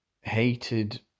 hated